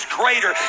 greater